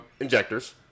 injectors